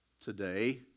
today